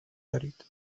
دارید